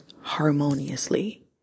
harmoniously